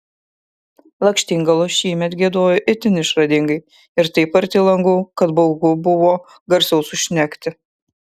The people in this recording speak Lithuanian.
lakštingalos šįmet giedojo itin išradingai ir taip arti langų kad baugu buvo garsiau sušnekti